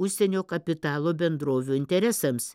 užsienio kapitalo bendrovių interesams